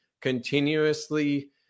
continuously